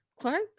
Clark